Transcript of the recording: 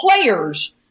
players